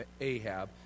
Ahab